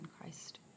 Christ